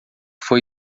foi